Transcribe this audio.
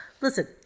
listen